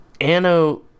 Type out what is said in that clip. ano